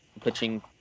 pitching